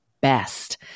best